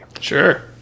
Sure